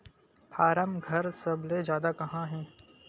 form घर सबले जादा कहां हे